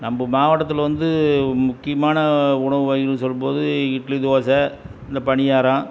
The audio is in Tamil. நம்ப மாவட்டத்தில் வந்து முக்கியமான உணவு வகைகள்னு சொல்லும்போது இட்லி தோசை இந்த பணியாரம்